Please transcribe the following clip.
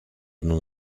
одно